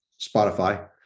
Spotify